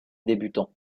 débutants